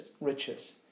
riches